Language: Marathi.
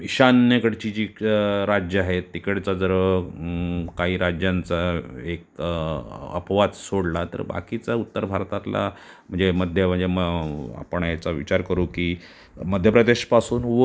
ईशान्येकडची जी काही राज्ये आहेत तिकडचा जर काही राज्यांचा एक अपवाद सोडला तर बाकीचा उत्तर भारतातला म्हणजे मध्य म्हणजे मग आपण याचा विचार करू की मध्यप्रदेशपासून वर